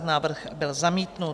Návrh byl zamítnut.